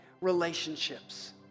relationships